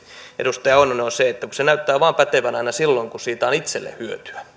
edustaja oinonen on se että se näyttää pätevän aina vain silloin kun siitä on itselle hyötyä